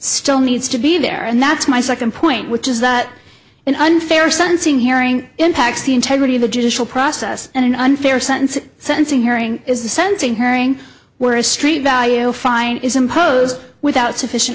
still needs to be there and that's my second point which is that an unfair sentencing hearing impacts the integrity of the judicial process and an unfair sentencing sentencing hearing is the scenting hearing where a street value fine is imposed without sufficient